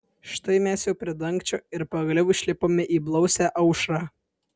štai mes jau prie dangčio ir pagaliau išlipome į blausią aušrą